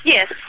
Yes